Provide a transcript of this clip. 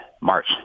March